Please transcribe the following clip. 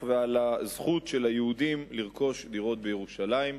ועל זכות היהודים לרכוש דירות בירושלים.